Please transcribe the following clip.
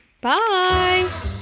Bye